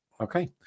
Okay